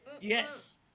Yes